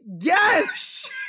yes